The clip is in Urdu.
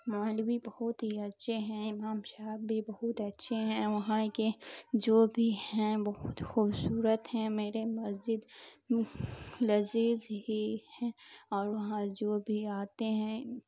مال بھی بہت ہی اچھے ہیں امام صاحب بھی بہت اچھے ہیں وہاں کے جو بھی ہیں بہت خوبصورت ہیں میرے مسجد لذیذ ہی ہیں اور وہاں جو بھی آتے ہیں